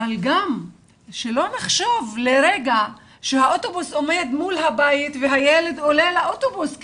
שלא נחשוב לרגע שהאוטובוס עומד מול הבית והילד עולה לאוטובוס להסעה.